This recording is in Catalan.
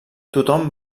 tothom